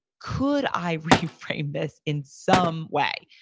could i reframe this in some way?